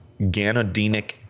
ganodinic